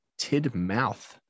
Tidmouth